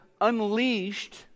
unleashed